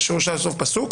פסוק.